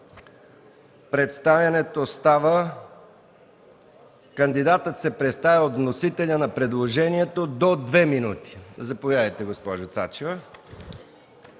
Представянето става: кандидатът се представя от вносителя на предложението до 2 мин. Заповядайте, госпожо Цачева.